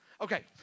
Okay